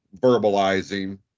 verbalizing